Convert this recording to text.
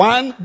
One